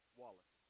wallet